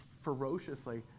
ferociously